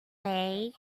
way